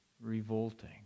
revolting